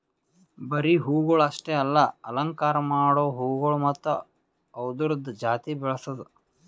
ಬರೀ ಹೂವುಗೊಳ್ ಅಷ್ಟೆ ಅಲ್ಲಾ ಅಲಂಕಾರ ಮಾಡೋ ಹೂಗೊಳ್ ಮತ್ತ ಅವ್ದುರದ್ ಜಾತಿ ಬೆಳಸದ್